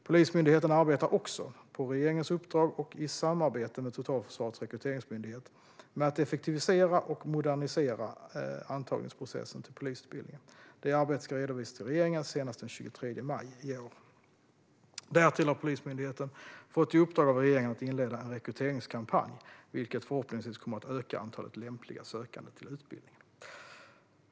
Polismyndigheten arbetar också, på regeringens uppdrag och i samarbete med Totalförsvarets rekryteringsmyndighet, med att effektivisera och modernisera antagningsprocessen till polisutbildningen. Det arbetet ska redovisas till regeringen senast den 23 maj i år. Därtill har Polismyndigheten fått i uppdrag av regeringen att inleda en rekryteringskampanj, vilket förhoppningsvis kommer att öka antalet lämpliga sökande till utbildningen.